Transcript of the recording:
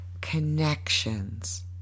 connections